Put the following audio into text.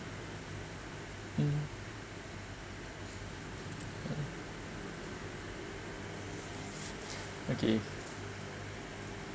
mm okay